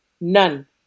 None